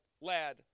lad